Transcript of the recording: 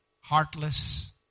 heartless